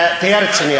אז אל, תהיה רציני.